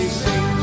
sing